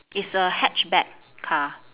it's a hatchback car